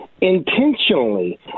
intentionally